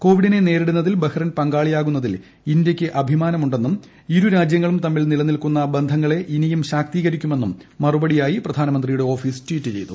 കോവിഡിനെ നേരിടുന്നതിൽ ബഹ്റിൻ പങ്കാളിയിടുകുന്നതിൽ ഇന്തൃയ്ക്ക് അഭിമാനമുണ്ടെന്നും ഇരുരാജ്യങ്ങളും തമ്മിൽ നിലനിൽക്കുന്ന ബന്ധങ്ങളെ ഇനിയും ശാക്ത്രീക്രിക്കുമെന്നും മറുപടിയായി പ്രധാനമന്ത്രിയുടെ ഓഫ്ട്രീസ് ട്വീറ്റ് ചെയ്തു